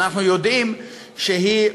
אבל אנחנו יודעים שהיא,